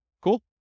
Cool